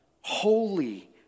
holy